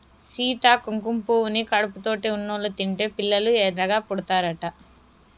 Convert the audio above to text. సీత కుంకుమ పువ్వుని కడుపుతోటి ఉన్నోళ్ళు తింటే పిల్లలు ఎర్రగా పుడతారట